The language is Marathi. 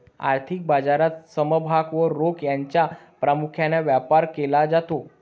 आर्थिक बाजारात समभाग व रोखे यांचा प्रामुख्याने व्यापार केला जातो